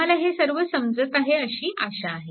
तुम्हाला हे सर्व समजत आहे अशी आशा आहे